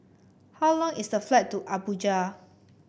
how long is the flight to Abuja